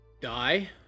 Die